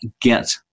get